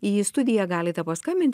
į studiją galite paskambinti